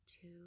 two